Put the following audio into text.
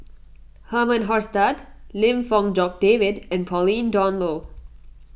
Herman Hochstadt Lim Fong Jock David and Pauline Dawn Loh